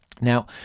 Now